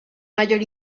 mayor